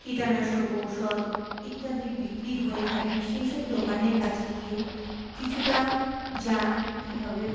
কীটনাশক ঔষধ ইত্যাদি বিক্রি হয়ে থাকি সেই সব দোকানের কাছে গিয়ে কিছুটা জানি কীভাবে